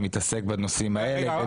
אתה מתעסק בנושאים האלה.